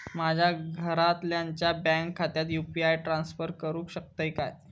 माझ्या घरातल्याच्या बँक खात्यात यू.पी.आय ट्रान्स्फर करुक शकतय काय?